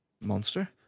monster